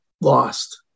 lost